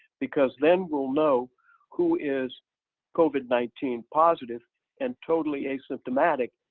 because then we'll know who is covid nineteen positive and totally asymptomatic,